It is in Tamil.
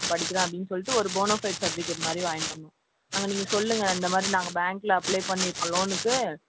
படிக்கிறன் அப்படின்னு சொல்லிவிட்டு ஒரு போனோஃபைட் செர்டிபிகேட்மாதிரி வாங்கிகிட்டு வரணும் அங்கே நீங்கள் சொல்லுங்கள் இந்தமாதிரி நாங்கள் பேங்கில் அப்ளை பண்ணியிருக்கோம் லோனுக்கு